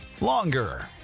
longer